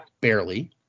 barely